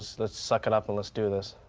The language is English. so let's suck it up. let's do this.